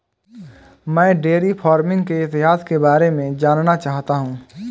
मैं dairy farming के इतिहास के बारे में जानना चाहता हूं